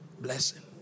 Blessing